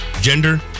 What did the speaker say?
gender